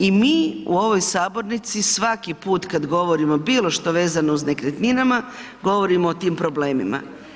I mi u ovoj sabornici svaki put kad govorimo bilo što vezano uz nekretninama, govorimo o tim problemima.